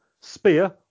Spear